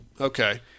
Okay